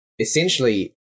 essentially